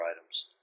items